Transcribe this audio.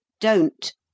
Don't